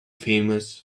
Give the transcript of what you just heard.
famous